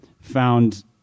found